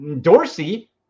Dorsey